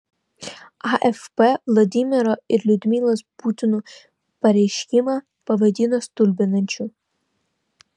afp vladimiro ir liudmilos putinų pareiškimą pavadino stulbinančiu